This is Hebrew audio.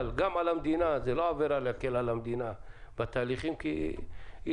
זה לא בא להקל על המדינה בתהליכים כי לפעמים היא